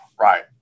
right